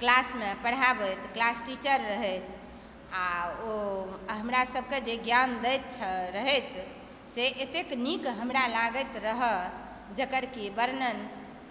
क्लासमे पढ़ाबैत class teacher रहथि आ ओ हमरा सभके जे ज्ञान दैत रहथि से एतेक नीक हमरा लागति रहऽ जकर कि वर्णन